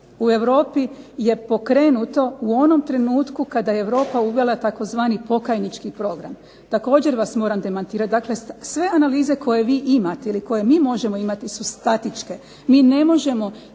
u Europi je pokrenuto u onom trenutku kada je Europa uvela tzv. pokajnički program. Također vas moram demantirati, dakle sve analize koje vi imate ili koje mi možemo imati su statičke, mi ne možemo